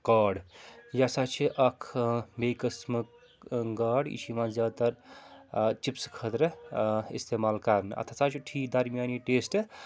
card یہِ ہسا چھِ اکھ بیٚیہِ قٕسمک گاڈ یہِ چھُ یِوان زیادٕ تر چِپٕسہٕ خٲطرٕ اِستعمال کَرنہٕ اَتھ ہسا چھُ ٹھی درمیِٲنی ٹیسٹہٕ